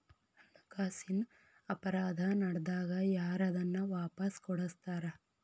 ಹಣಕಾಸಿನ್ ಅಪರಾಧಾ ನಡ್ದಾಗ ಯಾರ್ ಅದನ್ನ ವಾಪಸ್ ಕೊಡಸ್ತಾರ?